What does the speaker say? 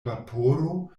vaporo